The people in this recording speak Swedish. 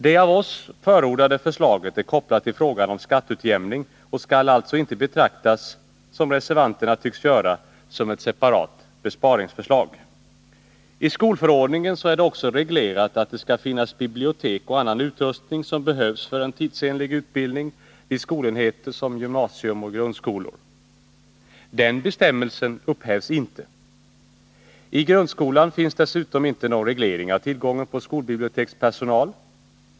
Det av oss förordade förslaget är kopplat till frågan om skatteutjämning och skall alltså inte, som reservanterna tycks göra, betraktas som ett separat besparingsförslag. I skolförordningen är det också reglerat att det skall finnas bibliotek och annan utrustning som behövs för en tidsenlig utbildning vid skolenheter som gymnasium och grundskola. Den bestämmelsen upphävs inte. I grundskolan finns dessutom inte någon reglering av tillgången på skolbibliotekspersonal.